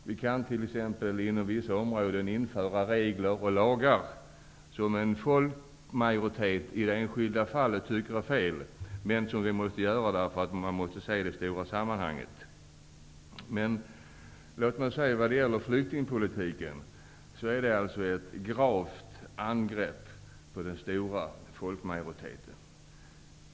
Vi kan t.ex. inom vissa områden införa lagar och regler som en folkmajoritet i det enskilda fallet tycker är fel, men vi måste göra det därför att vi ser det stora sammanhanget. Flyktingpolitiken är ett gravt angrepp på den stora folkmajoriteten.